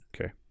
Okay